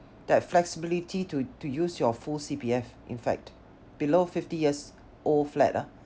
that flexibility to to use your full C_P_F in fact below fifty years old flat ah